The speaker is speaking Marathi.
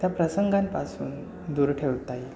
त्या प्रसंगांपासून दूर ठेवता येईल